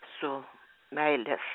su meilės